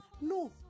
No